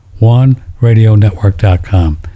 oneradionetwork.com